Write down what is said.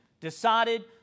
decided